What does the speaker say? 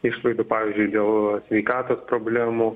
išlaidų pavyzdžiui dėl sveikatos problemų